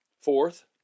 Fourth